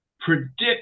predict